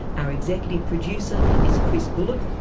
our executive producer is chris bullock.